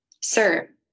Sir